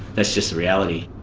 that's just the reality.